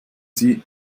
sie